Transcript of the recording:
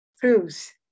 proves